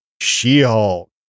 She-Hulk